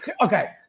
Okay